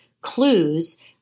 clues